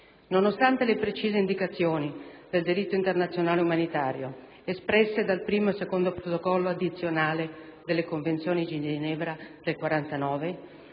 Nonostante le precise indicazioni del diritto internazionale umanitario, espresse dal I e II Protocollo addizionale della Convenzione di Ginevra del 1949,